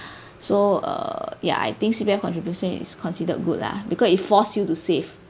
so err ya I think C_P_F contribution is considered good lah because you force you to save